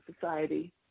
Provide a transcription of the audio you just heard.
society